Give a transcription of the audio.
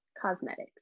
cosmetics